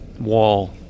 wall